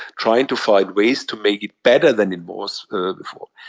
trying to find ways to make it better than it was before.